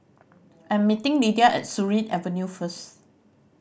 I am meeting Lydia at Surin Avenue first